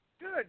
Good